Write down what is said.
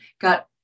got